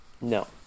no